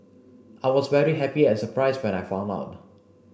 I was very happy and surprised when I found out